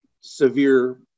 severe